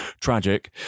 tragic